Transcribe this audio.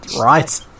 Right